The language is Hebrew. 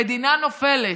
המדינה נופלת.